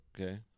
Okay